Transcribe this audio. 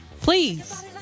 Please